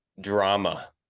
drama